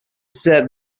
said